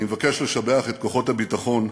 אני מבקש לשבח את כוחות הביטחון,